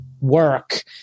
work